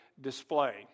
display